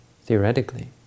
Theoretically